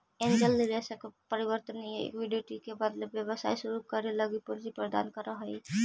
angel निवेशक परिवर्तनीय equity के बदले व्यवसाय शुरू करे लगी पूंजी प्रदान करऽ हइ